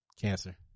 Cancer